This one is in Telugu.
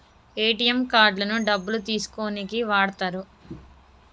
ఏటీఎం కార్డులను డబ్బులు తీసుకోనీకి వాడతరు